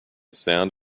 sound